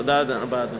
תודה רבה, אדוני.